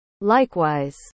Likewise